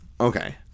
Okay